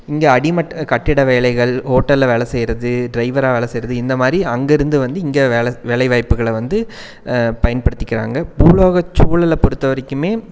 இங்கே அடிமட்ட கட்டிட வேலைகள் ஹோட்டலில் வேலை செய்வது ட்ரைவராக வேலை செய்வது இந்தமாதிரி அங்கேருந்து வந்து இங்கே வேலை வாய்ப்புகளை வந்து பயன்படுத்திக்கிறாங்க பூலோகச்சூழலை பொறுத்த வரைக்கும்